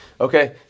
Okay